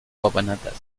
papanatas